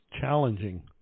challenging